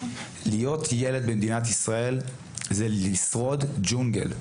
להיות ילד במדינת ישראל זה לשרוד ג'ונגל.